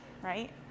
right